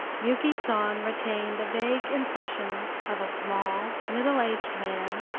yuki san retained a vague impression of a small, middle-aged man,